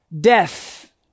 death